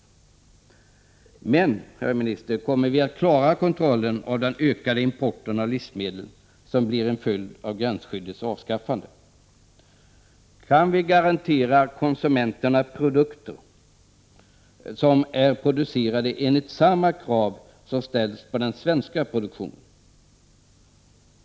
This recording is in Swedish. Men, herr minister, kommer vi att klara kontrollen av den ökade import av livsmedel som blir en följd av gränsskyddets avskaffande? Kan vi garantera konsumenterna produkter som är producerade enligt samma krav som ställs på den svenska produktionen?